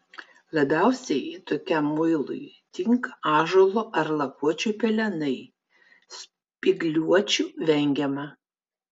labiausiai tokiam muilui tinka ąžuolo ar lapuočių pelenai spygliuočių vengiama